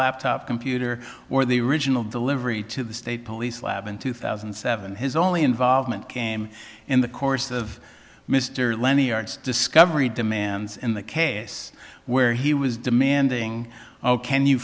laptop computer or the original delivery to the state police lab in two thousand and seven his only involvement came in the course of mr lenny arts discovery demands in the case where he was demanding ok and you